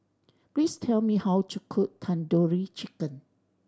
please tell me how to cook Tandoori Chicken